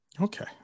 Okay